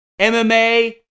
MMA